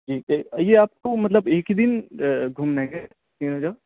جی یہ آپ کو مطلب ایک ہی دن گھومنا ہے کیا